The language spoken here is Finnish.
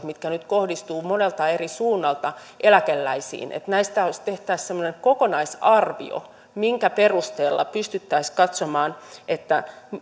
mitkä nyt kohdistuvat monelta eri suunnalta eläkeläisiin tehtäisiin semmoinen kokonaisarvio minkä perusteella pystyttäisiin katsomaan